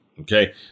Okay